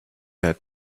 had